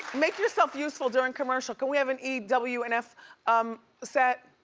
make yourself useful during commercial. can we have an ew and f um set?